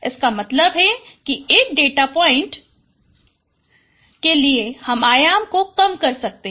इसका मतलब है कि एक डेटा पॉइंट के लिए हम आयाम को कम कर सकते हैं